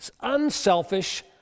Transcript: unselfish